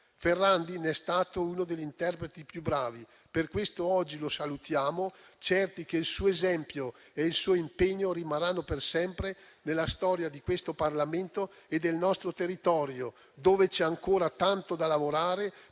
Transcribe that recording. di cui è stato uno degli interpreti più bravi. Per questo, oggi lo salutiamo certi che il suo esempio e il suo impegno rimarranno per sempre nella storia di questo Parlamento e del nostro territorio, dove c'è ancora tanto da lavorare